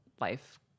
life